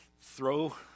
throw